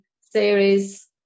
series